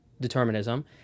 Determinism